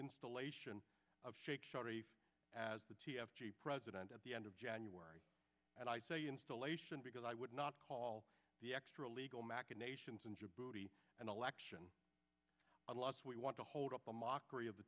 installation of shaikh shari as the t f t president at the end of january and i say installation because i would not call the extra legal machinations in djibouti an election unless we want to hold up the mockery of the